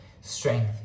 strength